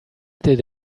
did